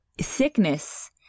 sickness